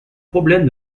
problème